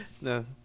No